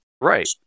Right